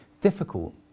difficult